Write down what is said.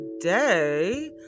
today